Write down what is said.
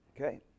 Okay